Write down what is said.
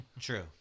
True